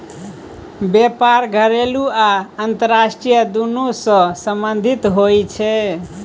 बेपार घरेलू आ अंतरराष्ट्रीय दुनु सँ संबंधित होइ छै